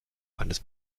eines